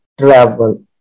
travel